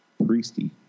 priesty